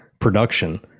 production